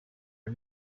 are